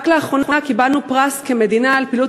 רק לאחרונה קיבלנו פרס כמדינה על פעילות